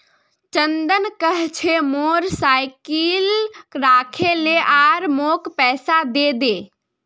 चंदन कह छ मोर साइकिल राखे ले आर मौक पैसा दे दे